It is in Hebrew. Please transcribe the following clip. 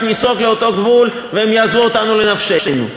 ניסוג לאותו גבול והם יעזבו אותנו לנפשנו.